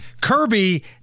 Kirby